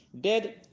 Dead